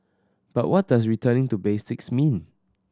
but what does returning to basics mean